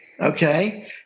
Okay